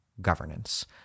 governance